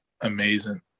amazing